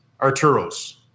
Arturo's